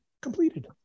completed